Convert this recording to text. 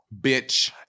Bitch